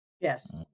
Yes